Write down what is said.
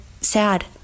sad